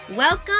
Welcome